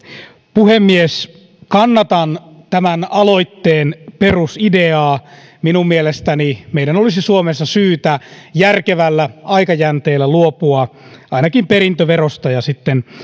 puhemies kannatan tämän aloitteen perusideaa minun mielestäni meidän olisi suomessa syytä järkevällä aikajänteellä luopua ainakin perintöverosta ja sitten